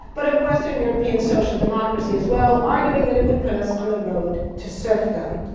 but of western european social democracy as well, arguing that it would put us on the road to serfdom,